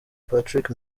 patrick